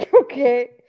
Okay